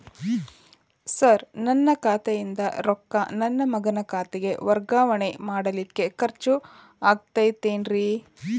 Sir ನನ್ನ ಖಾತೆಯಿಂದ ರೊಕ್ಕ ನನ್ನ ಮಗನ ಖಾತೆಗೆ ವರ್ಗಾವಣೆ ಮಾಡಲಿಕ್ಕೆ ಖರ್ಚ್ ಆಗುತ್ತೇನ್ರಿ?